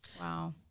Wow